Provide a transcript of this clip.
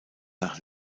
nach